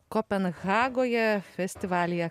kopenhagoje festivalyje